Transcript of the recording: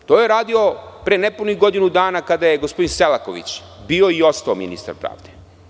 To je radio pre nepunih godinu dana kada je gospodin Selaković bio i ostao ministar pravde.